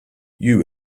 you